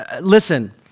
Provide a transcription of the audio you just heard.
listen